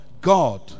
God